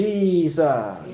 Jesus